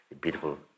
beautiful